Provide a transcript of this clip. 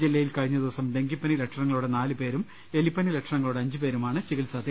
ജില്ലയിൽ കഴിഞ്ഞദിവസം ഡെങ്കിപ്പനി ലക്ഷണ ങ്ങളോടെ നാലുപേരും എലിപ്പനി ലക്ഷണങ്ങളോടെ അഞ്ചുപേരുമാണ് ചികിത്സ തേടിയത്